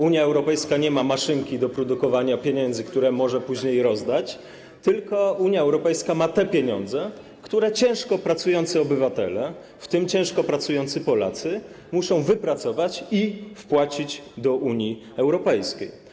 Unia Europejska nie ma maszynki do produkowania pieniędzy, które może później rozdać, tylko Unia Europejska ma te pieniądze, które ciężko pracujący obywatele, w tym ciężko pracujący Polacy, muszą wypracować i wpłacić do Unii Europejskiej.